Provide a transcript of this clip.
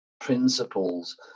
principles